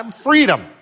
Freedom